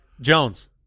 Jones